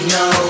no